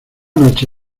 noche